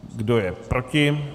Kdo je proti?